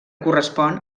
correspon